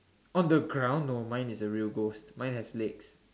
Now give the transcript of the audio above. on the ground no mine is the real ghost mine has legs